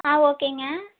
ஆ ஓகேங்க